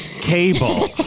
cable